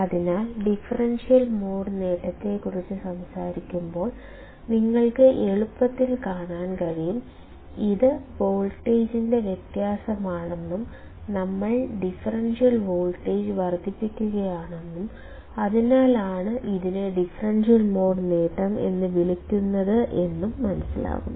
അതിനാൽ differential mode നേട്ടത്തെക്കുറിച്ച് സംസാരിക്കുമ്പോൾ നിങ്ങൾക്ക് എളുപ്പത്തിൽ കാണാൻ കഴിയും ഇത് വോൾട്ടേജിന്റെ വ്യത്യാസമാണെന്നും നമ്മൾ ഡിഫറൻഷ്യൽ വോൾട്ടേജ് വർദ്ധിപ്പിക്കുകയാണെന്നും അതിനാലാണ് ഇതിനെ ഡിഫറൻഷ്യൽ മോഡ് നേട്ടം എന്നും വിളിക്കുന്നത് എന്നും